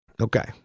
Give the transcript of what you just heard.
Okay